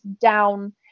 down